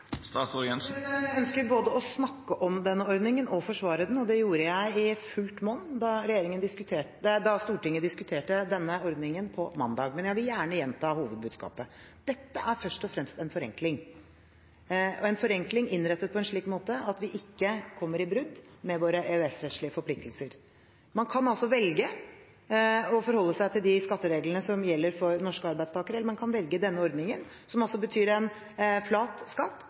Jeg ønsker både å snakke om denne ordningen og forsvare den, og det gjorde jeg i fullt monn da Stortinget diskuterte den på mandag. Men jeg vil gjerne gjenta hovedbudskapet: Dette er først og fremst en forenkling – en forenkling innrettet på en slik måte at vi ikke kommer i brudd med våre EØS-rettslige forpliktelser. Man kan velge å forholde seg til de skattereglene som gjelder for norske arbeidstakere, eller man kan velge denne ordningen, som altså betyr en flat skatt